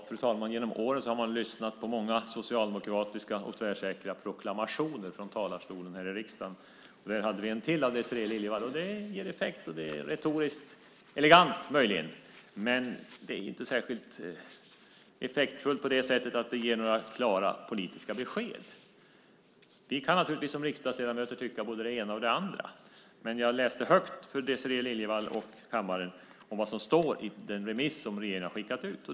Fru talman! Genom åren har jag lyssnat på många socialdemokratiska och tvärsäkra proklamationer från talarstolen i riksdagen. Här hade vi en till av Désirée Liljevall. Det ger effekt och det är möjligen retoriskt elegant, men det är inte särskilt effektfullt på det sättet att det ger några klara politiska besked. Vi kan naturligtvis som riksdagsledamöter tycka både det ena och det andra, men jag läste högt för Désirée Liljevall och kammaren vad som står i den remiss som regeringen har skickat ut.